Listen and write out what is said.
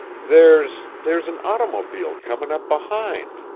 there's there's an ottermobile comin' up behind,